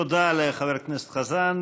תודה לחבר הכנסת חזן.